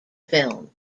film